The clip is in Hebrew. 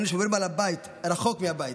אנו שומרים על הבית רחוק מהבית.